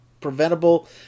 preventable